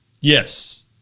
Yes